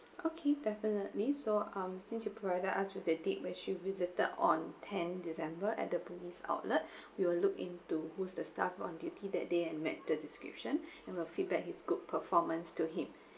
okay definitely so um since you provided us with the date which you visited on ten december at the bugis outlet we will look into who's the staff on duty that day and make the description of a feedback his good performance to him